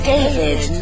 David